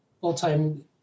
full-time